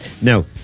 Now